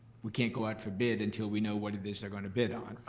we can't go out for bid until we know what it is they're gonna bid on.